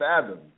fathom